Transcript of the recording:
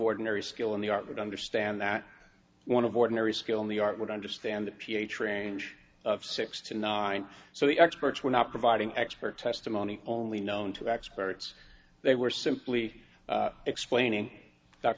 ordinary skill in the art would understand that one of ordinary skill in the art would understand the ph range of six to nine so the experts were not providing expert testimony only known to experts they were simply explaining